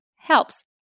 Helps